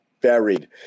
buried